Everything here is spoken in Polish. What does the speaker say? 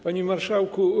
Panie Marszałku!